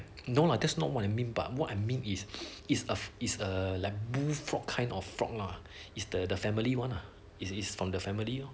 no lah that's not what I mean but what I mean is is a is a like bullfrog kind of frog lah is the the family one lah is is from their family